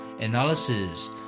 analysis